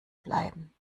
bleiben